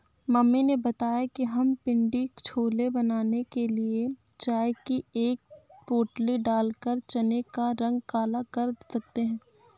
mummy ने बताया कि हम पिण्डी छोले बनाने के लिए चाय की एक पोटली डालकर चने का रंग काला कर सकते हैं